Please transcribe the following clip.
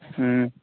ꯎꯝ